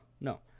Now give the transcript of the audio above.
no